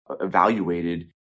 evaluated